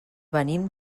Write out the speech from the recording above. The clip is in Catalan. venim